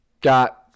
got